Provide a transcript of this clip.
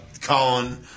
Colin